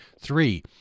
Three